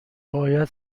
باید